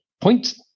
point